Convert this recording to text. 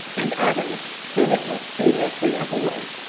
and others whom it will studiously avoid.